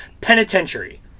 penitentiary